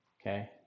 okay